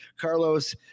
Carlos